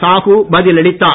சாகு பதில் அளித்தார்